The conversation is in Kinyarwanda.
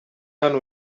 hano